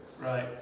right